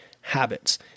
habits